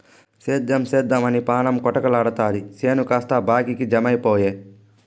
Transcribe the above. సేద్దెం సేద్దెమని పాణం కొటకలాడతాది చేను కాస్త బాకీకి జమైపాయె